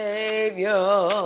Savior